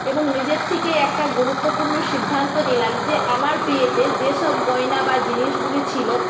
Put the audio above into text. এবং নিজের থেকেই একটা গুরুত্বপূর্ণ সিদ্ধান্ত নিলাম যে আমার বিয়েতে যেসব গয়না বা জিনিসগুলি ছিলো